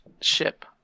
ship